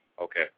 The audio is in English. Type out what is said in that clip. Okay